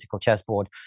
chessboard